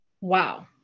Wow